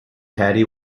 patti